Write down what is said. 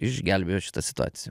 išgelbėjo šitą situaciją